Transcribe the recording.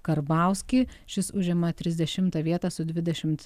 karbauskį šis užima trisdešimtą vietą su dvidešimt